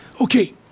Okay